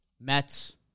Mets